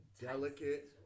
delicate